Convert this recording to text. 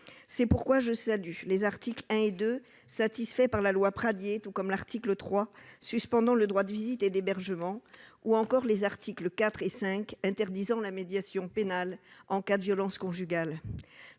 C'est pourquoi je salue les articles 1 et 2, satisfaits par la loi Pradié, tout comme l'article 3 suspendant le droit de visite et d'hébergement, ou encore les articles 4 et 5 interdisant la médiation pénale en cas de violences conjugales.